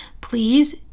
please